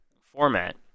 format